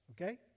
okay